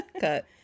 Cut